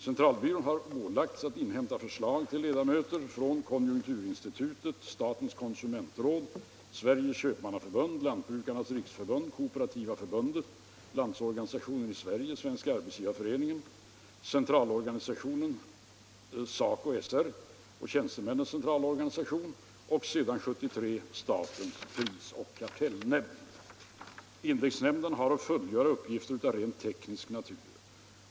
Centralbyrån har ålagts att inhämta förslag till ledamöter från konjunkturinstitutet, statens konsumentråd, Sveriges köpmannaförbund, Lantbrukarnas riksförbund, Kooperativa förbundet, Landsorganisationen i Sverige, Svenska arbetsgivareföreningen, Centralorganisationen SACO/SR, Tjänstemännens centralorganisation och — sedan år 1973 — statens prisoch kartellnämnd. Indexnämnden har att fullgöra uppgifter av rent teknisk natur.